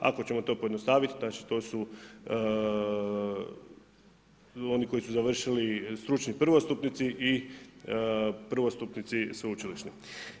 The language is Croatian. Ako ćemo to pojednostaviti to su oni koji su završili stručni prvostupnici i prvostupnici sveučilišni.